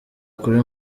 kuri